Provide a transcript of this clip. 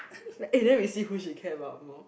eh then we see who is she care about more